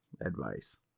advice